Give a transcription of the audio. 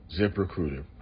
ZipRecruiter